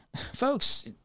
folks